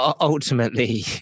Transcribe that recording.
ultimately